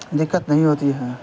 دقت نہیں ہوتی ہیں